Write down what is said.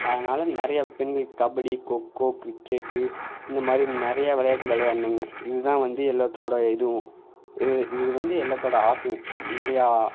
அதனால நிறையா பெண்கள் கபடி கொக்கோ கிரிக்கெட்டு இந்த மாதிரி நிறையா விளையாட்டு விளையாட்ணுங்க இது தான் வந்து எல்லாத்தோடய இதுவும் இது இது வந்து எல்லாத்தோடய ஆசையும் நிறையா